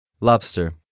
Lobster